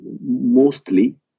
mostly